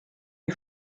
est